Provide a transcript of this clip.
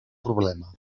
problema